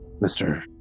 Mr